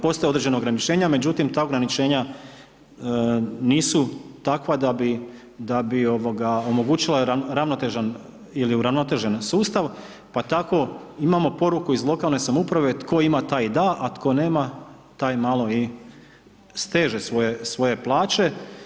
Postoje određena ograničenja međutim ta ograničenja nisu takva da bi omogućila ravnotežan ili uravnotežen sustav pa tako imamo poruku iz lokalne samouprave tko ima taj da a tko nema taj malo i steže svoje plaće.